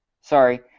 Sorry